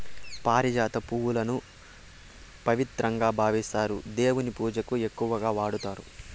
పారిజాత పువ్వులను పవిత్రంగా భావిస్తారు, దేవుని పూజకు ఎక్కువగా వాడతారు